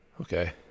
Okay